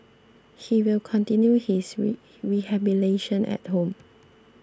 he will continue his rehabilitation at home